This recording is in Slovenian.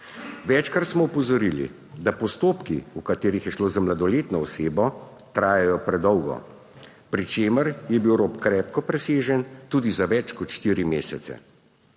Večkrat smo opozorili, da postopki, v katerih je šlo za mladoletno osebo, trajajo predolgo, pri čemer je bil rok krepko presežen, tudi za več kot štiri mesece.